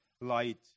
light